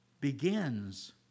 begins